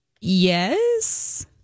yes